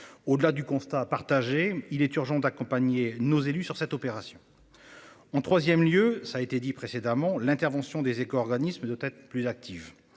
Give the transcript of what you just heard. Au-delà du constat partagé, il est urgent d'accompagner nos élus sur cette opération. En 3ème lieu, ça a été dit précédemment, l'intervention des éco-organismes doit être plus active